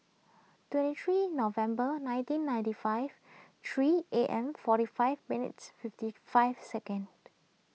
twenty three November nineteen ninety five three A M forty five minutes fifty five second